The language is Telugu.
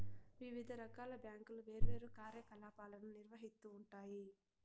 వివిధ రకాల బ్యాంకులు వేర్వేరు కార్యకలాపాలను నిర్వహిత్తూ ఉంటాయి